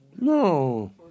No